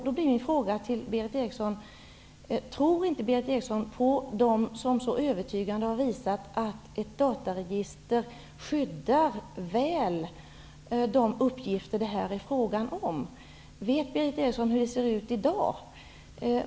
Då blir min fråga till Berith Eriksson: Tror inte Berith Eriksson på dem som så övertygande har visat att ett dataregister väl skyddar de uppgifter det här är fråga om? Vet Berith Eriksson hur det ser ut i dag?